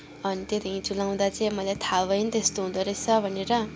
अनि त्यही त हिजो लगाउँदा चाहिँ मलाई थाहा भयो नि त त्यस्तो हुँदोरहेछ भनेर